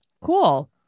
Cool